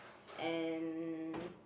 and